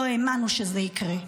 לא האמנו שזה יקרה,